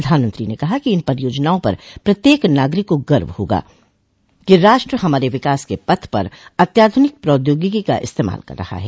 प्रधानमंत्री ने कहा कि इन परियोजनाओं पर प्रत्येक नागरिक को गर्व होगा कि राष्ट्र हमारे विकास के पथ पर अत्याधुनिक प्रौद्योगिकी का इस्तेमाल कर रहा है